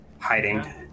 hiding